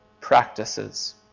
practices